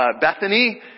Bethany